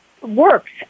works